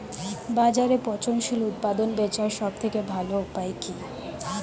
বাজারে পচনশীল উৎপাদন বেচার সবথেকে ভালো উপায় কি?